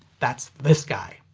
that's this guy!